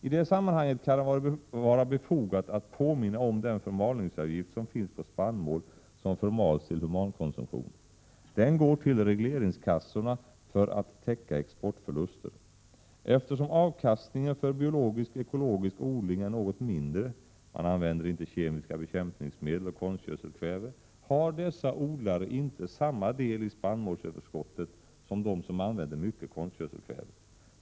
I det sammanhanget kan det vara befogat att påminna om den förmalningsavgift som finns på spannmål som förmals till humankonsumtion. Den går till regleringskassorna för att täcka exportförluster. Eftersom avkastningen för biologisk-ekologisk odling är något mindre — man använder inte kemiska bekämpningsmedel och konstgödselkväve — har jordbrukare som tillämpar denna metod inte samma del i spannmålsöverskottet som de som använder mycket konstgödselkväve.